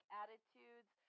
attitudes